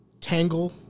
tangle